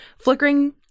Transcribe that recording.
flickering